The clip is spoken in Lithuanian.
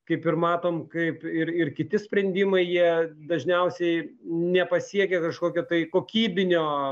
kaip ir matom kaip ir ir kiti sprendimai jie dažniausiai nepasiekia kažkokio tai kokybinio